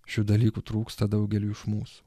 šių dalykų trūksta daugeliui iš mūsų